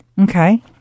Okay